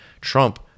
Trump